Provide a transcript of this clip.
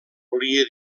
volia